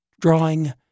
drawing